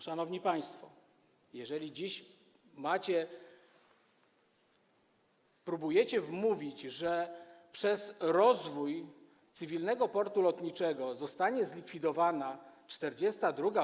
Szanowni państwo, jeżeli dziś próbujecie wmówić, że przez rozwój cywilnego portu lotniczego zostanie zlikwidowana 42.